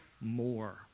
more